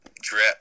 drip